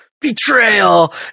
Betrayal